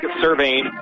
Surveying